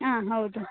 ಹಾಂ ಹೌದು